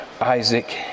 Isaac